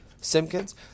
Simkins